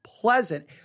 pleasant